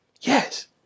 Yes